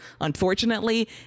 unfortunately